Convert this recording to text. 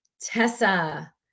Tessa